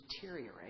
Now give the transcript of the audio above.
deteriorate